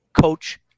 coach